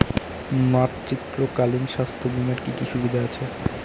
মাতৃত্বকালীন স্বাস্থ্য বীমার কি কি সুবিধে আছে?